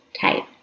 type